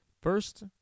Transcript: First